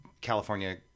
California